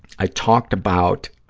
i talked about